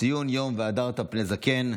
ציון יום "והדרת פני זקן".